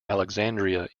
alexandria